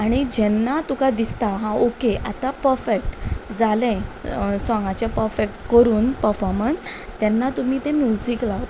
आनी जेन्ना तुका दिसता हांव ओके आतां पफेक्ट जालें सॉगाचे पफेक्ट करून पफॉमन्स तेन्ना तुमी ते म्युजीक लावप